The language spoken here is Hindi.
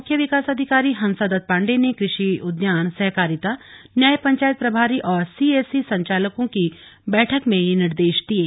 मुख्य विकास अधिकारी हंसादत्त पांडे ने कृषि उद्यान सहकारिता न्याय पंचायत प्रभारी और सीएससी संचालकों की बैठक में ये निर्देश दिये